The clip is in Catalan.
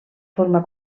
forma